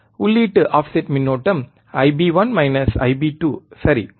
உள்ளீட்டு ஆஃப்செட் மின்னோட்டம் IB1 IB2 சரி